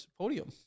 podium